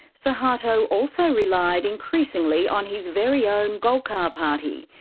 soeharto also relied increasingly on his very own golkar party,